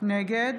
נגד